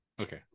Okay